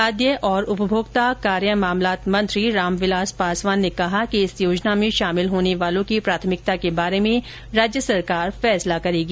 खाद्य और उपभोक्ता कार्य मंत्री रामविलास पासवान ने कहा कि योजना में शामिल होने वालों की प्राथमिकता के बारे में राज्य सरकार फैसला करेगी